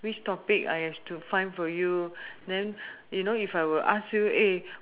which topic I have to find for you then you know if I were to ask you eh